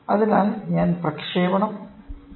അതിനാൽ ഞാൻ പ്രക്ഷേപണം ചെയ്യുന്നു